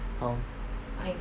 how